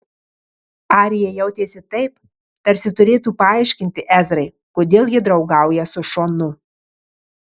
arija jautėsi taip tarsi turėtų paaiškinti ezrai kodėl ji draugauja su šonu